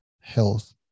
health